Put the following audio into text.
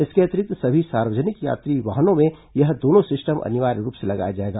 इसके अतिरिक्त सभी सार्वजनिक यात्री वाहनों में यह दोनों सिस्टम अनिवार्य रूप से लगाया जाएगा